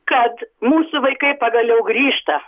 kad mūsų vaikai pagaliau grįžta